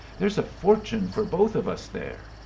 there's a fortune for both of us there.